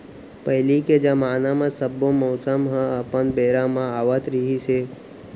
पहिली के जमाना म सब्बो मउसम ह अपन बेरा म आवत रिहिस हे